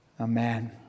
amen